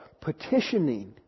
petitioning